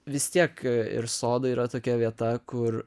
vis tiek ir sodai yra tokia vieta kur